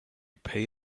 pay